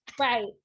Right